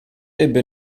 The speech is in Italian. ebbe